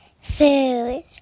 Food